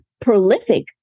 prolific